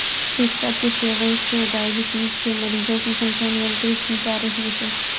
पिस्ता के सेवन से डाइबिटीज के मरीजों की संख्या नियंत्रित की जा रही है